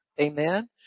amen